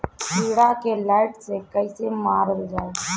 कीड़ा के लाइट से कैसे मारल जाई?